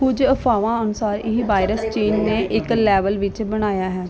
ਕੁਝ ਅਫਵਾਹਾਂ ਅਨੁਸਾਰ ਇਹ ਵਾਇਰਸ ਚੀਨ ਨੇ ਇੱਕ ਲੈਵਲ ਵਿੱਚ ਬਣਾਇਆ ਹੈ